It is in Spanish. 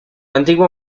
antiguo